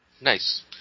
Nice